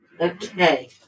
Okay